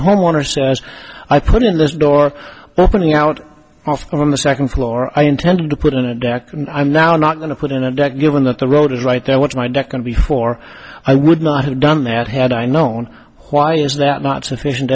homeowner so as i put in this door opening out off on the second floor i intended to put in a deck and i'm now not going to put in a deck given that the road is right there which my deck and before i would not have done that had i known why is that not sufficient